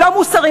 לא מוסרי,